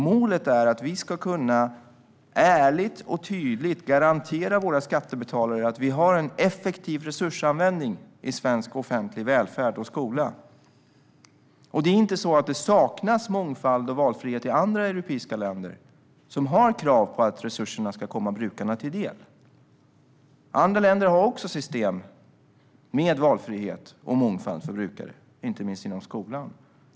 Målet är att vi ärligt och tydligt ska kunna garantera våra skattebetalare att vi har en effektiv resursanvändning i svensk offentlig välfärd och skola. Det är inte så att det saknas mångfald och valfrihet i andra europeiska länder som har krav på att resurserna ska komma brukarna till del. Andra länder har också system med valfrihet och mångfald för brukare, inte minst inom skolan.